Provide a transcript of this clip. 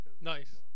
Nice